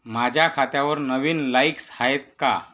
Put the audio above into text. माझ्या खात्यावर नवीन लाईक्स आहेत का